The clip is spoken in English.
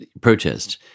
protest